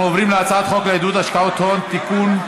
אנחנו עוברים להצעת חוק לעידוד השקעות הון (תיקון,